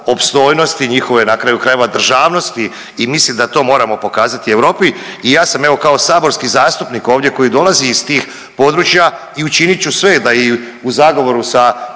njihove na kraju krajeva državnosti i mislim da to moramo pokazati Europi. I ja sam evo kao saborski zastupnik ovdje koji dolazi iz tih područja i učinit ću sve da i u zagovoru sa